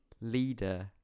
Leader